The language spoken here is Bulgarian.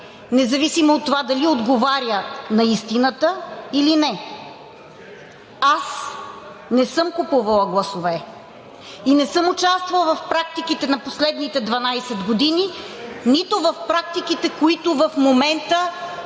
независимо от това дали отговаря на истината или не. Аз не съм купувала гласове и не съм участвала в практиките на последните 12 години… РЕПЛИКА ОТ ДБ: Не